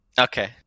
Okay